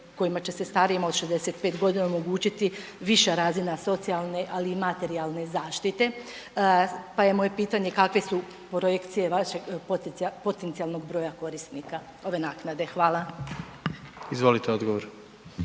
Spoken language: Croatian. kojima će se starijim osobama od 65 godina omogućiti viša razina socijalne ali i materijalne zaštite. Pa je moje pitanje kakve su projekcije vašeg potencijalnog broja korisnika ove naknade? Hvala. **Jandroković,